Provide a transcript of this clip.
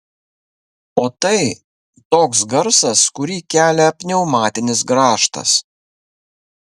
o tai toks garsas kurį kelia pneumatinis grąžtas